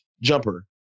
jumper